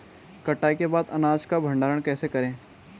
कटाई के बाद अनाज का भंडारण कैसे करें?